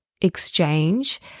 exchange